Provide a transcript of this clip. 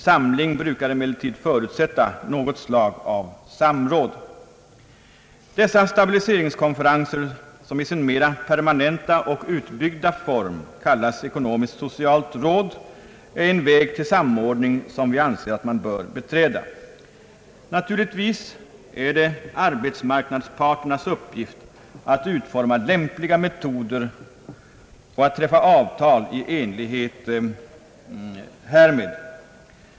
Samling brukar emellertid alltid förutsätta något slag av samråd. Dessa stabiliseringskonferenser, som i sin mera permanenta och utbyggda form kallas ekonomiskt-socialt råd är en väg till samordning, som vi anser att man bör beträda. Naturligtvis är det arbetsmarknadsparternas uppgift att utforma lämpliga metoder och att träffa avtal i enlighet härmed.